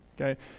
Okay